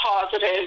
positive